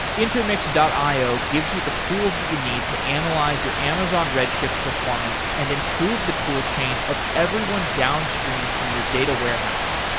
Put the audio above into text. intermix io gives you the tools that you need to analyze your amazon redshift performance and improve the tool chain of everyone downstreamed from your data warehouse.